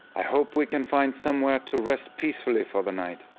i hope we can find somewhere to rest peacefully for the night.